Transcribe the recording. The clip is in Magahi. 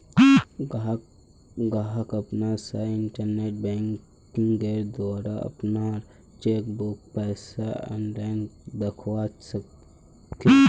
गाहक अपने स इंटरनेट बैंकिंगेंर द्वारा अपनार चेकबुकेर पैसा आनलाईन दखवा सखछे